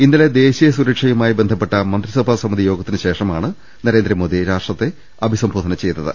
ഇന്നലെ ദേശീയ സുരക്ഷയുമായി ബന്ധപ്പെട്ട മന്ത്രിസഭാ സമിതി യോഗത്തിനുശേഷമാണ് നരേന്ദ്രമോദി രാഷ്ട്രത്തെ അഭിസംബോധന ചെയ്തത്